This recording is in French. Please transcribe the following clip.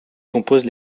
compose